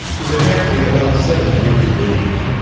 is apparently about seventy years of age,